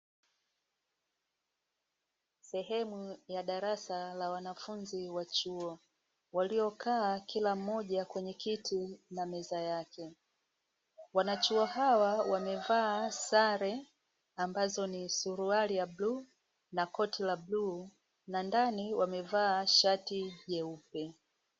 Sehemu ya darasa la wanafunzi wa chuo, waliokaa kila mmoja kwenye kiti na meza yake. Wanachuo hawa wamevaa sare ambazo ni suruali ya bluu na koti la bluu na ndani wamevaa shati jeupe.